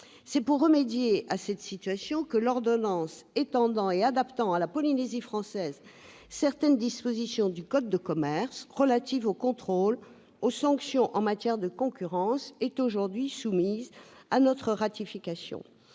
C'est pour remédier à cette situation que l'ordonnance étendant et adaptant à la Polynésie française certaines dispositions du code de commerce relatives aux contrôles et aux sanctions en matière de concurrence est aujourd'hui soumise à notre ratification.